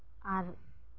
ᱟᱨ